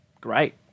great